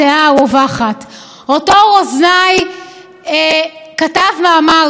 אותו רוזנאי כתב מאמר, "תיקון חוקתי שאינו חוקתי".